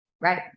Right